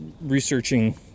researching